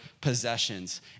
possessions